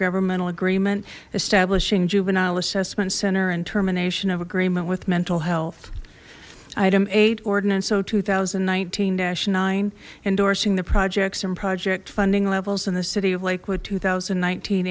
intergovernmental agreement establishing juvenile assessment center and termination of agreement with mental health item eight ordinance o two thousand and nineteen nine endorsing the projects and project funding levels in the city of lakewood two thousand and nineteen